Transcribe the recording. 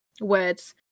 Words